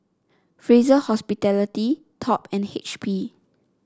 Fraser Hospitality Top and H P